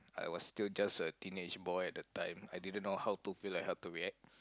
I was still just a teenage boy at the time I didn't know how to feel like how to react